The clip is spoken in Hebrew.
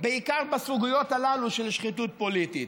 בעיקר בסוגיות הללו של שחיתות פוליטית.